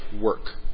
work